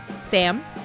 Sam